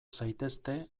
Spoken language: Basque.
zaitezte